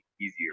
easier